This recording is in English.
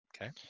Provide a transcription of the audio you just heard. Okay